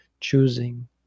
choosing